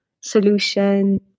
solution